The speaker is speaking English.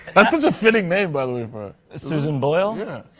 that's such a fitting name, by the way, for her. susan boyle? yeah.